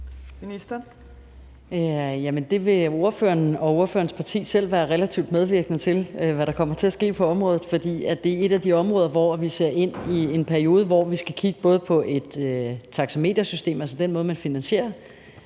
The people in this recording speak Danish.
det vil ordføreren og ordførerens parti selv være relativt medvirkende til, altså hvad der kommer til at ske på området. For det er et af de områder, hvor vi ser ind i en periode, hvor vi både skal kigge på et taxametersystem, altså den måde, man finansierer